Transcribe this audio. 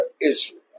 Israel